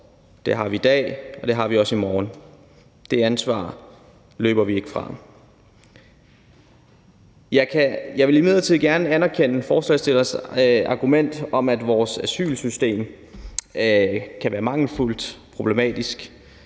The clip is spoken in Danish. det har vi i dag, og det har vi også i morgen. Det ansvar løber vi ikke fra. Jeg vil imidlertid gerne anerkende forslagsstillernes argument om, at vores asylsystem kan være mangelfuldt og problematisk.